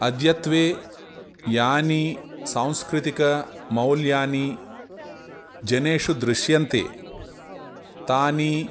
अद्यत्वे यानि सांस्कृतिकमौल्यानि जनेषु दृश्यन्ते तानि